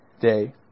day